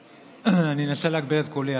אני אנסה להגביר את קולי.